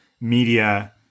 media